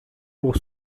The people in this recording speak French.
pour